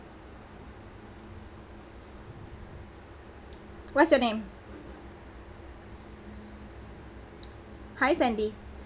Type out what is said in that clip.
what's your name hi sandy